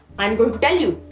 i'm going to tell you.